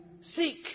seek